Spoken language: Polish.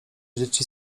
dzieci